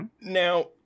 Now